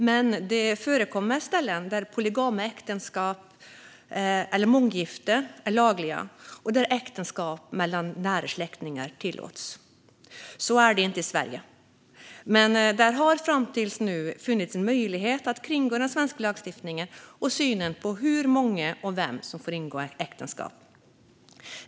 Men det finns ställen där polygama äktenskap, eller månggifte, är lagligt och där äktenskap mellan nära släktingar tillåts. Så är det inte i Sverige. Men det har fram till nu funnits en möjlighet att kringgå den svenska lagstiftningen och synen på hur många och vem som får ingå äktenskap.